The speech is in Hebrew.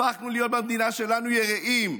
הפכנו להיות במדינה שלנו יראים,